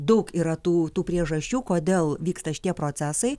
daug yra tų tų priežasčių kodėl vyksta šitie procesai